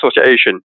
Association